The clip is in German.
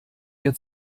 ihr